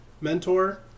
mentor